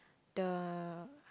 the